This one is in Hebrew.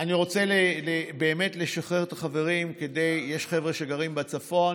אני רוצה לשחרר את החברים, יש חבר'ה שגרים בצפון,